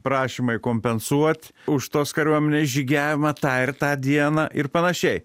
prašymai kompensuot už tos kariuomenės žygiavimą tą ir tą dieną ir panašiai